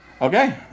okay